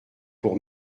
pour